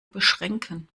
beschränken